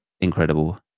incredible